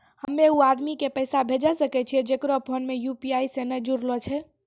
हम्मय उ आदमी के पैसा भेजै सकय छियै जेकरो फोन यु.पी.आई से नैय जूरलो छै?